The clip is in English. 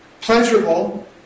pleasurable